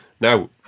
now